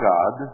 God